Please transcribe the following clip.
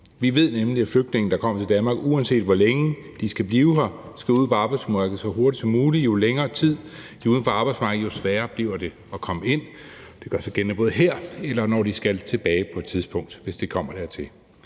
Vi ved nemlig, at flygtninge, der kommer til Danmark, uanset hvor længe de skal blive her, skal ud på arbejdsmarkedet så hurtigt som muligt, for jo længere tid de er uden for arbejdsmarkedet, jo sværere bliver det at komme ind. Det gør sig både gældende her, og når de skal tilbage på et tidspunkt, hvis det kommer dertil.